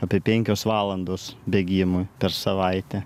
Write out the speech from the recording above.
apie penkios valandos bėgimui per savaitę